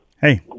Hey